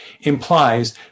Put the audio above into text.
implies